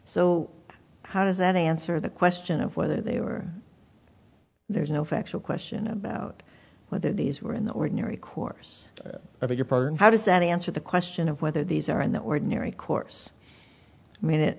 so how does that answer the question of whether they were there is no factual question about whether these were in the ordinary course of your pardon how does that answer the question of whether these are in the ordinary course i mean